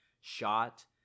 shot